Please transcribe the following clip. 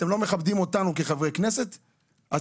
אתם לא מכבדים אותנו כחברי כנסת אז